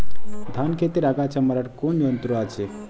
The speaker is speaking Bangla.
ধান ক্ষেতের আগাছা মারার কোন যন্ত্র আছে?